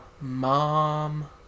mom